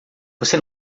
você